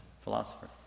philosopher